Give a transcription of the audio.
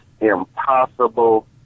impossible